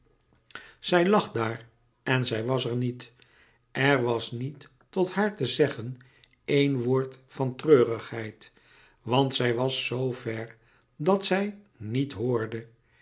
zij lag daar en zij was er niet er was niet tot haar te zeggen een woord van treurigheid want zij was z ver dat zij niet hoorde